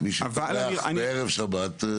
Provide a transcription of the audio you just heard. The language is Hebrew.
מי שטורח בערב שבת...